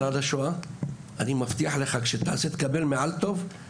על השואה ואני מבטיח לו שאם הוא יקבל ציון מעל טוב,